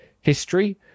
history